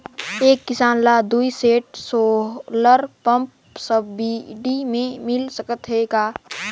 एक किसान ल दुई सेट सोलर पम्प सब्सिडी मे मिल सकत हे का?